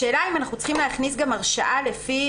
השאלה אם אנחנו צריכים להכניס הרשעה לפי